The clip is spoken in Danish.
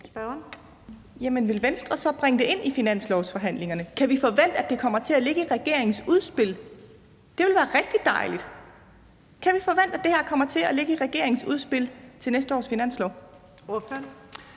Abildgaard (KF): Vil Venstre så bringe det ind i finanslovsforhandlingerne? Kan vi forvente, at det kommer til at ligge i regeringens udspil? Det ville være rigtig dejligt. Kan vi forvente, at det her kommer til at ligge i regeringens udspil til næste års finanslov? Kl.